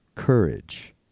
Courage